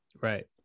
Right